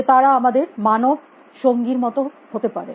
যে তারা আমাদের মানব সঙ্গী র মত হতে পারে